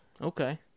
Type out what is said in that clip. Okay